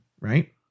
right